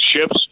ships